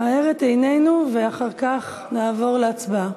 האר את עינינו, ואחר כך נעבור להצבעה.